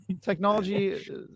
technology